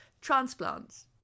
transplants